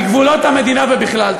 מגבולות המדינה ובכלל.